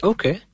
Okay